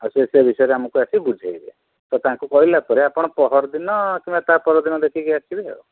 ଆଉ ସେ ସବୁ ବିଷୟରେ ଆମକୁ ଆସିକି ବୁଝାଇବେ ତ ତାଙ୍କୁ କହିଲା ପରେ ଆପଣ ପହରଦିନ କିମ୍ବା ତା ପରଦିନ ଦେଖିକି ଆସିବେ ଆଉ